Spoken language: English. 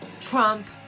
Trump